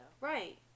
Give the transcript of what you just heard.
Right